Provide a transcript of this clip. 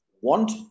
want